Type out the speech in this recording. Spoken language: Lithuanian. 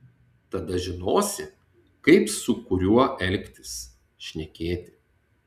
tada žinosi kaip su kuriuo elgtis šnekėti